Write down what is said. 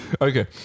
Okay